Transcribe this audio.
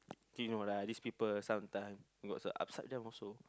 you know lah this people sometime got some upside down also